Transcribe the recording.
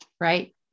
Right